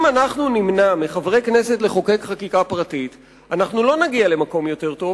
אם אנחנו נמנע מחברי כנסת לחוקק חקיקה פרטית לא נגיע למקום יותר טוב,